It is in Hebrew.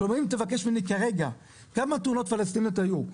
כלומר אם תבקש ממני כרגע כמה תאונות פלסטיניות היו,